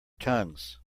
tongues